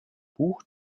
buch